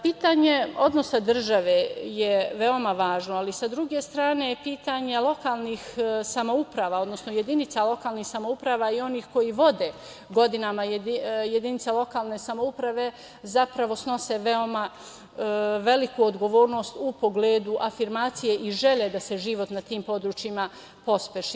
Pitanje, odnosa države je veoma važno, ali sa druge strane pitanje lokalnih samouprava, odnosno jedinica lokalnih samouprava i onih koji vode godinama jedinice lokalne samouprave, zapravo snose veoma veliku odgovornost u pogledu afirmacije i želje da se život na tim područjima pospeši.